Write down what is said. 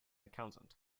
accountant